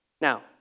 Now